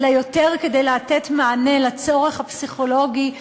אלא יותר כדי לתת מענה לצורך הפסיכולוגי.